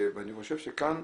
אני חושב שכאן,